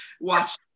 watch